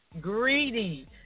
greedy